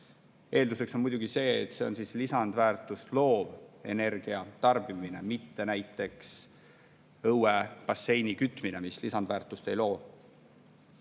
eeldus on muidugi see, et see on lisandväärtust loov energia tarbimine, mitte näiteks õuebasseini kütmine, mis lisandväärtust ei loo.